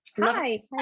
Hi